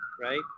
right